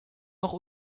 noch